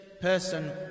person